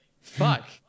fuck